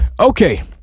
okay